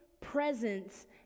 presence